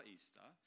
Easter